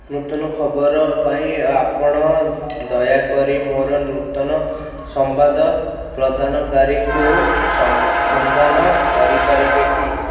ନୂତନ ଖବର ପାଇଁ ଆପଣ ଦୟାକରି ମୋର ନୂତନ ସମ୍ବାଦ ପ୍ରଦାନକାରୀଙ୍କୁ ସନ୍ଧାନ କରିପାରିବେ କି